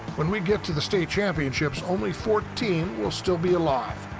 when we get to the state championships, only fourteen will still be alive.